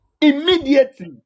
immediately